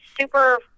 super